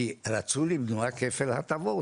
כי רצו למנוע כפל הטבות.